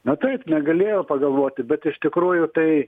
na taip negalėjo pagalvoti bet iš tikrųjų tai